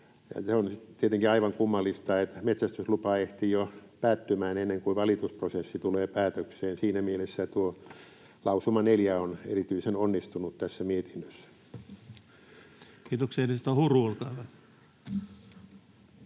Se on tietenkin aivan kummallista, että metsästyslupa ehtii jo päättymään ennen kuin valitusprosessi tulee päätökseen. Siinä mielessä tuo lausuma 4 on erityisen onnistunut tässä mietinnössä. Kiitoksia.